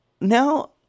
Now